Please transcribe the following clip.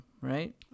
right